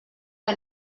que